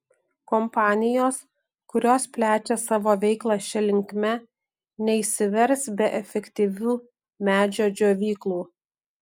kompanijos kurios plečia savo veiklą šia linkme neišsivers be efektyvių medžio džiovyklų